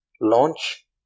launch